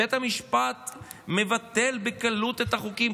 בית המשפט מבטל בקלות את החוקים.